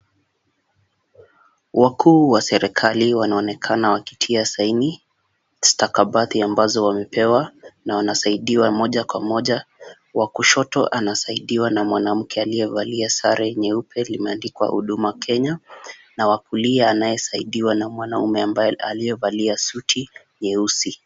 Wakuu wa serikali wanaonekana wakitia saini stakabadhi ambazo wamepewa na wanasaidiwa moja kwa moja, wa kushoto anasaidiwa na mwanamke aliyevalia sare nyeupe imeandikwa huduma Kenya na wakulia anayesaidiwa na mwanamume ambaye aliyevalia suti nyeusi.